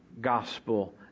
gospel